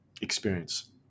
experience